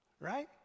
Right